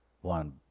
one